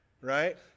right